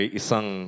isang